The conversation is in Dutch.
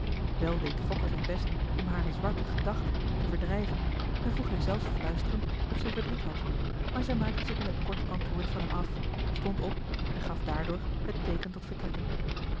wel deed fokke zijn best om hare zwarte marcellus emants een drietal novellen gedachten te verdrijven en vroeg hij zelfs fluisterend of zij verdriet had maar zij maakte zich met een kort antwoord van hem af stond op en gaf daardoor het teeken tot vertrekken